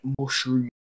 mushroom